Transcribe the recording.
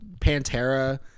Pantera